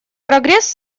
прогресс